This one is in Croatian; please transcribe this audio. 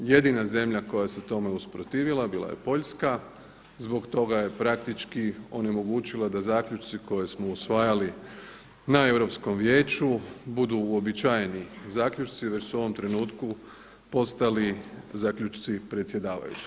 Jedina zemlja koja se tome usprotivila bila je Poljska zbog toga je praktički onemogućila da zaključci koje smo usvajali na Europskom vijeću budu uobičajeni zaključci već su u ovom trenutku postali zaključci predsjedavajući.